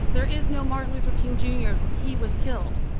there is no martin luther king, jr. he was killed.